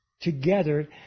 together